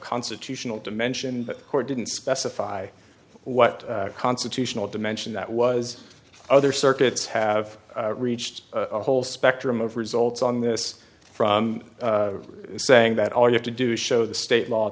constitutional dimension the court didn't specify what constitutional dimension that was other circuits have reached a whole spectrum of results on this from saying that all you have to do is show the state law